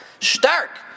stark